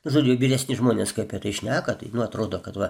žodžiu vyresni žmonės kaip ir į šneka tai atrodo kad va